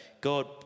God